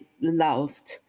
loved